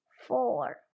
Four